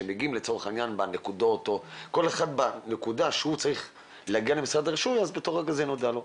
כל אחד בנקודה שהוא צריך להגיע למשרד הרישוי אז בתורו זה נודע לו.